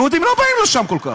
יהודים לא באים לשם כל כך.